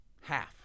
Half